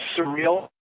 surreal